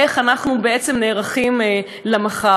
איך אנחנו בעצם נערכים למחר.